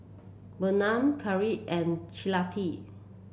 Bertram Karyl and Citlali